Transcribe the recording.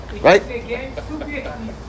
Right